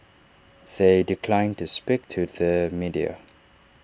they declined to speak to the media